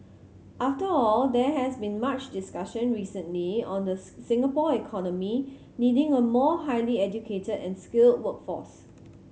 after all there has been much discussion recently on the Singapore economy needing a more highly educated and skilled workforce